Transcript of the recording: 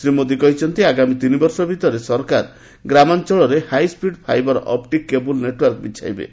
ଶ୍ରୀ ମୋଦୀ କହିଛନ୍ତି ଆଗାମୀ ତିନି ବର୍ଷ ଭିତରେ ସରକାର ଗ୍ରାମାଞ୍ଚଳରେ high speed fibre optic cable network ବିଚ୍ଛାଇବେ